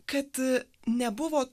kad nebuvo